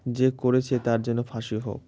যে করেছে তার জন্য ফাঁসি হোক